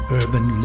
urban